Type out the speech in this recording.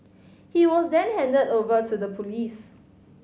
he was then handed over to the police